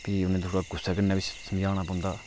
फ्ही उनेंगी थोह्ड़ा गुस्से कन्नै बी समझाना पौंदा